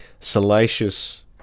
salacious